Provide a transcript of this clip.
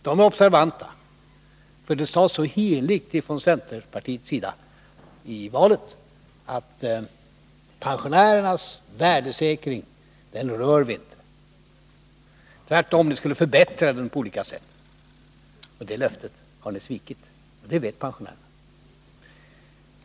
De är observanta, för det lovades så heligt från centerpartiets sida inför valet att pensionernas värdesäkring, den rör vi inte. Tvärtom — ni skulle förbättra den på olika sätt. Det löftet har ni svikit, och det vet pensionärerna.